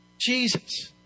Jesus